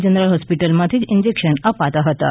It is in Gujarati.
જનરલ હોસ્પિટલમાંથી જ ઇન્જેક્શન અપાતાં હતાં